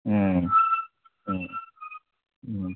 ꯎꯝ ꯎꯝ ꯎꯝ